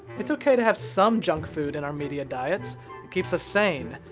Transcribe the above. it's okay to have some junk food in our media diets. it keeps us sane,